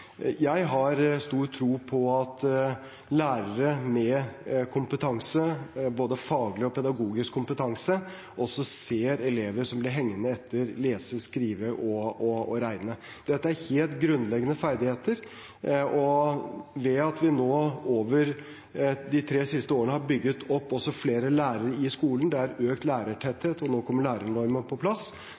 Jeg har stor tro på at lærere med kompetanse, både faglig og pedagogisk kompetanse, også ser elever som blir hengende etter i lesing, skriving og regning. Dette er helt grunnleggende ferdigheter. Ved at vi over de tre siste årene har bygget opp og fått flere lærere i skolen – det er økt lærertetthet, og nå kommer lærernormen på plass